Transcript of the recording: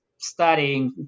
Studying